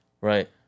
Right